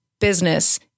business